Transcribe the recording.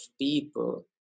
people